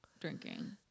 drinking